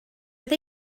oedd